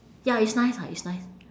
ya it's nice ah it's nice